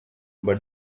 but